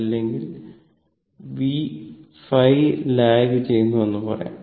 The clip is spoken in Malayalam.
അല്ലെങ്കിൽ Vϕ ലാഗ് ചെയ്യുന്നു എന്നും പറയാം